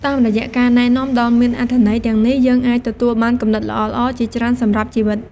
តាមរយៈការណែនាំដ៏មានអត្ថន័យទាំងនេះ យើងអាចទទួលបានគំនិតល្អៗជាច្រើនសម្រាប់ជីវិត។